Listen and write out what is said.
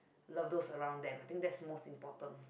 love those around them I think that's most important